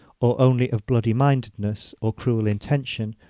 or only of bloody-mindedness, or cruel intention,